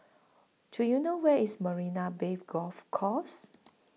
Do YOU know Where IS Marina Bay Golf Course